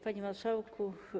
Panie Marszałku!